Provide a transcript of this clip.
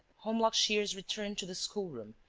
holmlock shears returned to the schoolroom,